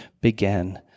began